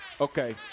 okay